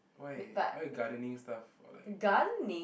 why why you gardening stuff or like